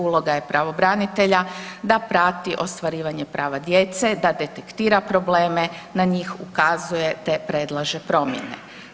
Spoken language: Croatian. Uloga je pravobranitelja da prati ostvarivanje prava djece, da detektira probleme, na njih ukazuje te predlaže promjene.